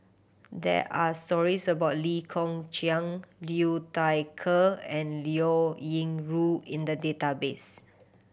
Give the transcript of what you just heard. there are stories about Lee Kong Chian Liu Thai Ker and Liao Yingru in the database